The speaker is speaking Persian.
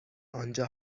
آنجا